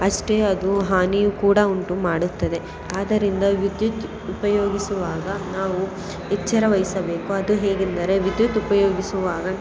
ಅಷ್ಟೇ ಅದು ಹಾನಿಯು ಕೂಡ ಉಂಟು ಮಾಡುತ್ತದೆ ಆದ್ದರಿಂದ ವಿದ್ಯುತ್ ಉಪಯೋಗಿಸುವಾಗ ನಾವು ಎಚ್ಚರವಹಿಸಬೇಕು ಅದು ಹೇಗೆಂದರೆ ವಿದ್ಯುತ್ ಉಪಯೋಗಿಸುವಾಗ